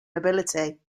nobility